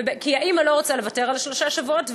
כי האימא לא רוצה לוותר על שלושה שבועות,